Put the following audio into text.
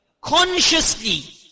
Consciously